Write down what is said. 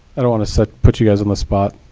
i don't want to put you guys on the spot,